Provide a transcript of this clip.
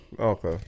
okay